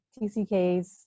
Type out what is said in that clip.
TCKs